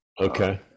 Okay